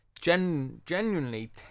genuinely